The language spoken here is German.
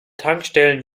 tankstellen